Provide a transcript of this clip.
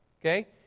Okay